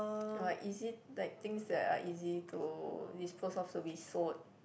or like easy like things that are easy to dispose off to be sold